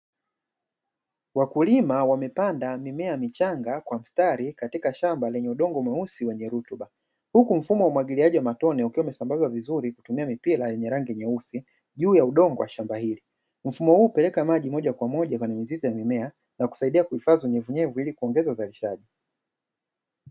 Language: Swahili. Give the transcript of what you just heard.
Wakulima wamepanda mimea michanga kwa mstari katika shamba lenye udongo mweusi wwnye rutuba, huku mfumo wa umwagiliaji wa matone ukiwa umesambazwa vizuri kwa kutumia mipira yenye rangi nyeusi juu ya udongo wa shamba hili, mfumo huu hupeleka maji moja kwa moja kwenye mizizi ya mimea na kusaidia kuhifadhi unyevu ili kuongeza uzalishaji.